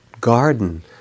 garden